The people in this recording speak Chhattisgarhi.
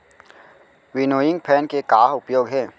विनोइंग फैन के का उपयोग हे?